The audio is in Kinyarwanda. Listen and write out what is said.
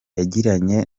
yagiranye